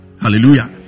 hallelujah